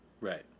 Right